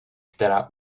která